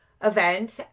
event